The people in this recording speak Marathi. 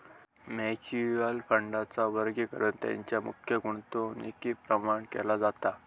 म्युच्युअल फंडांचा वर्गीकरण तेंच्या मुख्य गुंतवणुकीप्रमाण केला जाता